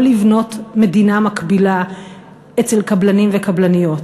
לבנות מדינה מקבילה אצל קבלנים וקבלניות.